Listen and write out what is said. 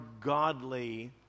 godly